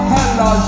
Hello